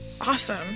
Awesome